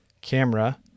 camera